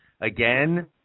Again